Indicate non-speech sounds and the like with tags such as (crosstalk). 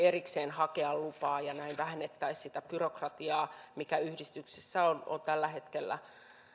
(unintelligible) erikseen hakea lupaa näin vähennettäisiin sitä byrokratiaa mikä yhdistyksissä on on tällä hetkellä